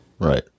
Right